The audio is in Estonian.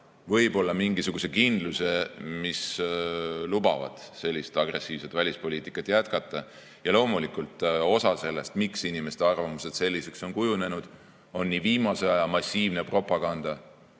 võib-olla mingisuguse kindluse, mis lubab sellist agressiivset välispoliitikat jätkata. Ja loomulikult, osa sellest, miks inimeste arvamused selliseks on kujunenud, on viimase aja massiivne propaganda,